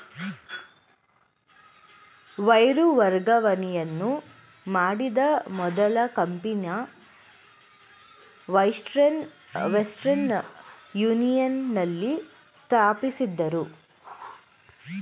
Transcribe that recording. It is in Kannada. ವೈರು ವರ್ಗಾವಣೆಯನ್ನು ಮಾಡಿದ ಮೊದಲ ಕಂಪನಿ ವೆಸ್ಟರ್ನ್ ಯೂನಿಯನ್ ನಲ್ಲಿ ಸ್ಥಾಪಿಸಿದ್ದ್ರು